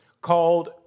called